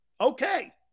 Okay